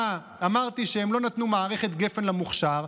אמרתי שהם לא נתנו מערכת גפ"ן למוכש"ר,